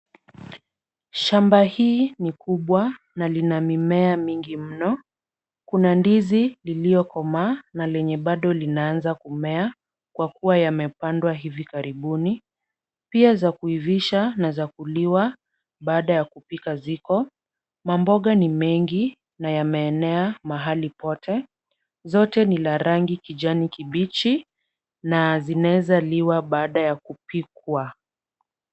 Shamba hii ni kubwa na lina mimea mingi mno. Kuna ndizi liliokomaa na lenye bado linaanza kumea kwa kuwa yamepandwa hivi karibuni. Pia za kuivisha na za kuliwa baada ya kupika ziko. Mamboga ni mengi na yameenea mahali pote. Zote ni la rangi kijani kibichi na zinaezaliwa baada ya kupikwa.